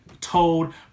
told